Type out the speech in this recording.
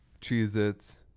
Cheez-Its